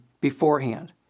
beforehand